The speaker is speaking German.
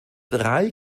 drei